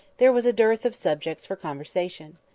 there was a dearth of subjects for conversation.